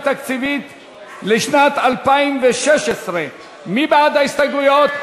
תקציבית לשנת 2016. מי בעד ההסתייגויות?